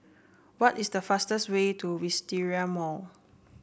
what is the fastest way to Wisteria Mall